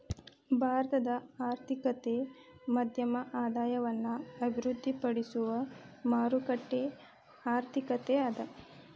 ಭಾರತದ ಆರ್ಥಿಕತೆ ಮಧ್ಯಮ ಆದಾಯವನ್ನ ಅಭಿವೃದ್ಧಿಪಡಿಸುವ ಮಾರುಕಟ್ಟೆ ಆರ್ಥಿಕತೆ ಅದ